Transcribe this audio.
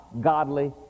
godly